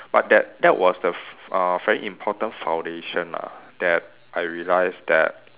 but that that was the f~ f~ uh very important foundation lah that I realise that